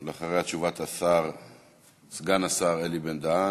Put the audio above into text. אחריה, תשובת סגן השר אלי בן-דהן.